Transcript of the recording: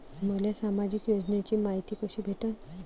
मले सामाजिक योजनेची मायती कशी भेटन?